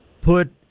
put